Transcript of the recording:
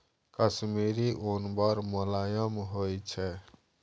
कश्मीरी उन बड़ मोलायम होइ छै